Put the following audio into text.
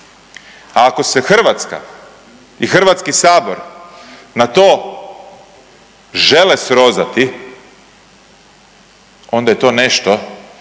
Ako se Hrvatska i Hrvatski sabor na to žele srozati onda je to nešto